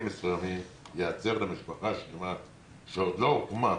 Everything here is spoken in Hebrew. מסוימים ייעצר למשפחה שלמה שעוד לא הוקמה.